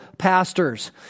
pastors